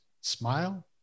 smile